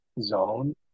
zone